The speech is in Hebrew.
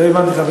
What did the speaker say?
לא הבנתי.